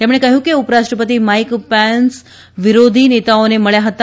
તેમણે કહ્યું કે ઉપરાષ્ટ્રપતિ માઇક પેન્સ વિરોધી નેતાઓને મળ્યા હતા